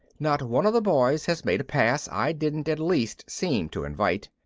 not one of the boys has made a pass i didn't at least seem to invite.